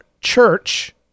church